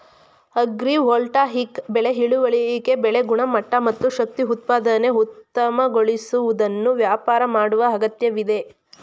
agrivoltaic ಬೆಳೆ ಇಳುವರಿ ಬೆಳೆ ಗುಣಮಟ್ಟ ಮತ್ತು ಶಕ್ತಿ ಉತ್ಪಾದನೆ ಉತ್ತಮಗೊಳಿಸುವುದನ್ನು ವ್ಯಾಪಾರ ಮಾಡುವ ಅಗತ್ಯವಿದೆ